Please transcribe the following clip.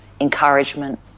encouragement